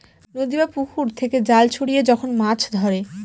নদী বা পুকুর থেকে জাল ছড়িয়ে যখন মাছ ধরে